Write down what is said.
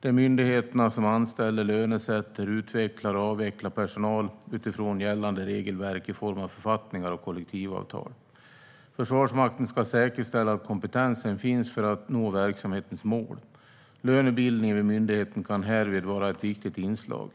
Det är myndigheterna som anställer, lönesätter, utvecklar och avvecklar personal utifrån gällande regelverk i form av författningar och kollektivavtal. Försvarsmakten ska säkerställa att kompetensen finns för att nå verksamhetens mål. Lönebildningen vid myndigheten kan härvid vara ett viktigt inslag.